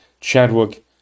Chadwick